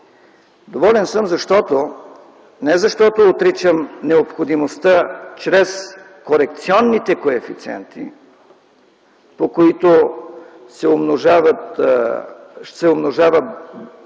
Доволен съм, не защото отричам необходимостта чрез корекционните коефициенти, по които се умножава